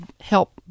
help